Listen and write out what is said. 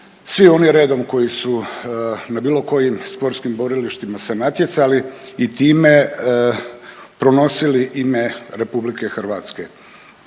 svi oni redom koji su na bilo kojim sportskim borilištima se natjecali i time pronosili ime RH. Evo smatram